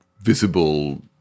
visible